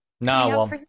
No